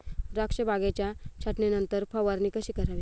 द्राक्ष बागेच्या छाटणीनंतर फवारणी कशी करावी?